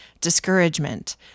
discouragement